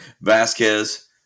Vasquez